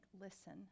listen